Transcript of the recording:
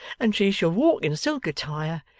and she shall walk in silk attire,